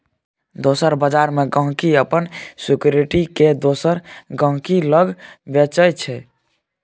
दोसर बजार मे गांहिकी अपन सिक्युरिटी केँ दोसर गहिंकी लग बेचय छै